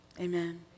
Amen